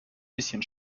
bisschen